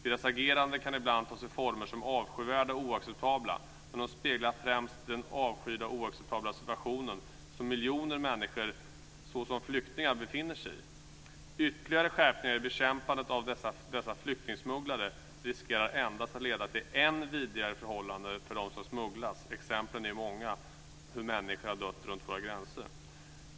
Deras agerande kan ibland ta sig former som är avskyvärda och oacceptabla, men de speglar främst den avskyvärda och oacceptabla situation som miljoner människor såsom flyktingar befinner sig i. Ytterligare skärpningar i bekämpandet av dessa flyktingsmugglare riskerar endast att leda till än vidrigare förhållanden för dem som smugglas. Exemplen är många på hur människor dött runt våra gränser.